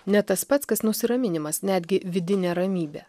ne tas pats kas nusiraminimas netgi vidinė ramybė